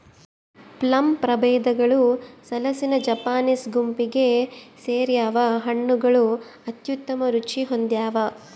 plum ಪ್ರಭೇದಗಳು ಸಾಲಿಸಿನಾ Japanese ಗುಂಪಿಗೆ ಸೇರ್ಯಾವ ಹಣ್ಣುಗಳು ಅತ್ಯುತ್ತಮ ರುಚಿ ಹೊಂದ್ಯಾವ